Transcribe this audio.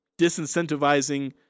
disincentivizing